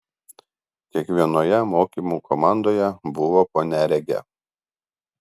kiekvienoje mokymų komandoje buvo po neregę